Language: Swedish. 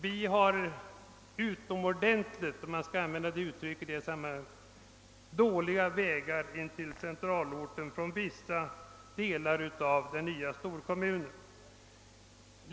Vi har utomordentligt dåliga vägar in till centralorten från vissa delar av den nya storkommunen.